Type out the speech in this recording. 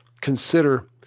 consider